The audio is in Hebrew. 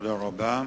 תודה רבה.